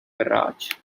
garage